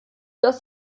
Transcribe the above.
das